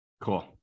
cool